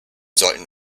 sollten